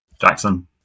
Jackson